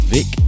Vic